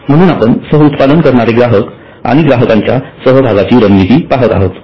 म्हणून आपण सहउत्पादन करणारे ग्राहक आणि ग्राहकांच्या सहभागाची रणनीती पाहत आहोत